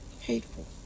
hateful